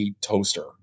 toaster